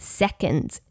seconds